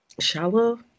shallow